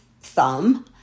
thumb